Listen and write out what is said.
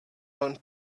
learned